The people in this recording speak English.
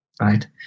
right